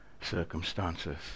circumstances